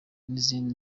n’izindi